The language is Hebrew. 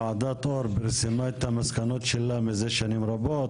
ועדת אור פרסמה את המסקנות שלה מזה שנים רבות,